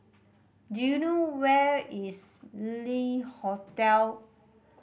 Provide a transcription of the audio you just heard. do you know where is Le Hotel